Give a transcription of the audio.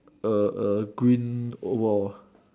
a a green overall